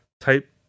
type